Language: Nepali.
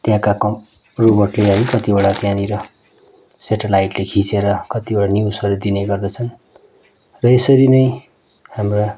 त्यहाँका कम्प् रोबर्टले है कतिवटा त्यहाँनिर सेटलाइटले खिचेर कतिवटा न्युजहरू दिने गर्दछन् र यसरी नै हाम्रा